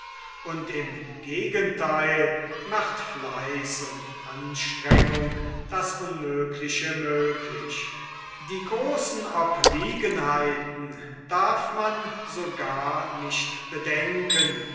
und im gegentheil macht fleiß und anstrengung das unmögliche möglich die großen obliegenheiten darf man sogar nicht bedenken